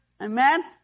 Amen